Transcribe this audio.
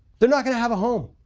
they're not going to have a home.